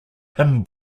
hymn